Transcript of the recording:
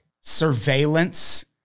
surveillance